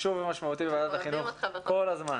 חשוב ומשמעותי בוועדת החינוך כל הזמן